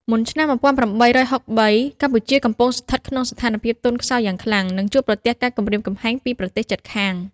មុនឆ្នាំ ១៨៦៣ កម្ពុជាកំពុងស្ថិតក្នុងស្ថានភាពទន់ខ្សោយយ៉ាងខ្លាំង និងជួបប្រទះការគំរាមកំហែងពីប្រទេសជិតខាង។